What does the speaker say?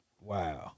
Wow